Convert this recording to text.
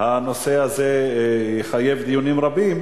הנושא הזה יחייב דיונים רבים,